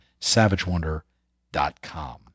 SavageWonder.com